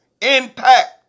Impact